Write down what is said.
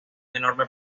enorme